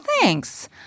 thanks